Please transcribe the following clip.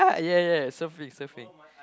ya ya surfing surfing